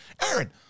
Aaron